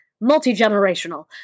multi-generational